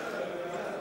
להצבעה.